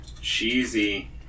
cheesy